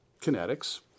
Kinetics